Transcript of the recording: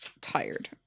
tired